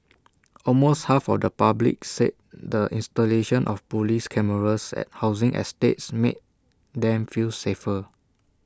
almost half of the public said the installation of Police cameras at housing estates made them feel safer